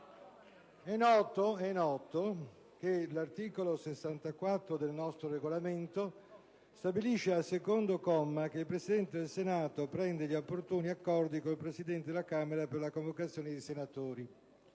È noto che l'articolo 64 del nostro Regolamento stabilisce, al secondo comma, che il Presidente del Senato prende gli opportuni accordi con il Presidente della Camera per la convocazione dei senatori.